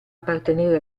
appartenere